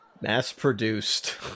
Mass-produced